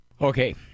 okay